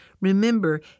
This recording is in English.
Remember